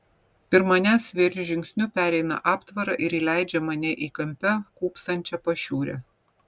pirm manęs spėriu žingsniu pereina aptvarą ir įleidžia mane į kampe kūpsančią pašiūrę